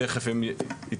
תיכף הם יתייחסו,